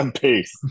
Peace